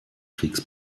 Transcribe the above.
kriegs